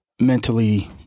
mentally